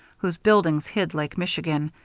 whose buildings hid lake michigan,